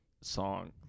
song